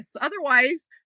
Otherwise